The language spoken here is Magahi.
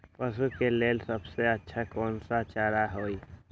पशु के लेल सबसे अच्छा कौन सा चारा होई?